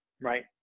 right